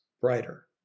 brighter